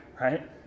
Right